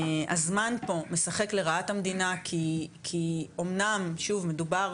הזמן פה משחק לרעת המדינה כי אומנם שוב מדובר,